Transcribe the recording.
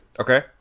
Okay